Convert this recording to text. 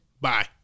Bye